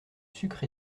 sucre